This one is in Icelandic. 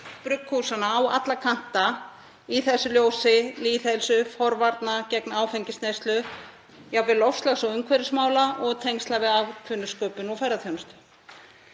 brugghúsanna á alla kanta í þessu ljósi; lýðheilsu, forvarna, gegn áfengisneyslu, jafnvel loftslags- og umhverfismála og tengsla við atvinnusköpun og ferðaþjónustu.